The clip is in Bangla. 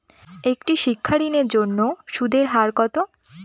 একটি শিক্ষা ঋণের জন্য সুদের হার কত?